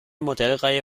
modellreihe